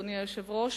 אדוני היושב-ראש,